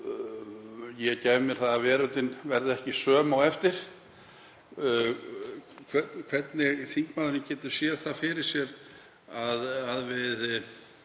Ég gef mér að veröldin verði ekki söm á eftir. Hvernig getur þingmaðurinn séð það fyrir sér að við